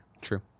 True